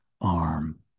arm